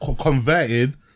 converted